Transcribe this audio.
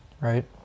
right